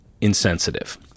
insensitive